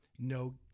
No